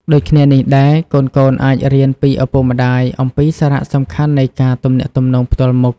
ដូចគ្នានេះដែរ កូនៗអាចរៀនពីឪពុកម្តាយអំពីសារៈសំខាន់នៃការទំនាក់ទំនងផ្ទាល់មុខ។